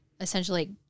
essentially